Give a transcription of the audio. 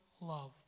love